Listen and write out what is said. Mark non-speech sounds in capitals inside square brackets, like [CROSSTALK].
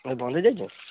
[UNINTELLIGIBLE]